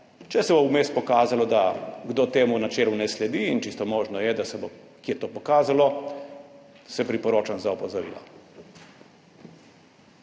Če se bo vmes pokazalo, da kdo temu načelu ne sledi, in čisto možno je, da se bo kje to pokazalo, se priporočam za opozorilo.